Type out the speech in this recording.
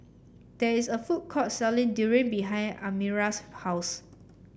there is a food court selling Durian behind Elmira's house